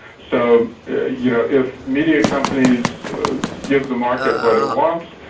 so ah you know if media companies give the market what it wants,